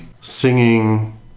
singing